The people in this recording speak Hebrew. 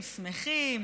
שמחים,